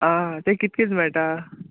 आं ते कितकेंच मेळटा